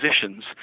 positions